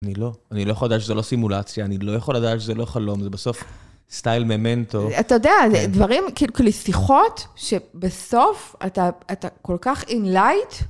אני לא, אני לא יכול לדעת שזו לא סימולציה, אני לא יכול לדעת שזה לא חלום, זה בסוף סטייל ממנטו. אתה יודע, דברים כאילו שיחות, שבסוף אתה כל כך enlight...